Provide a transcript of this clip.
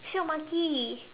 shiok maki